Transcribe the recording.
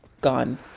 gone